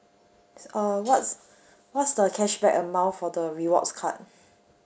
uh what's what's the cashback amount for the rewards card